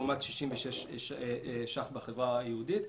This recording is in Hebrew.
לעומת 66 ש"ח בחברה היהודית.